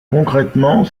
concrètement